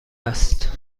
است